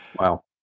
Wow